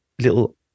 little